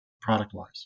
product-wise